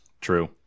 True